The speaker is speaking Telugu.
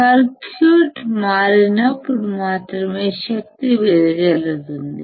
సర్క్యూట్ మారినప్పుడు మాత్రమే శక్తి వెదజల్లుతుంది